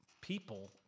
people